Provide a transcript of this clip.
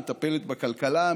מטפלת בכלכלה,